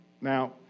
now